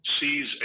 sees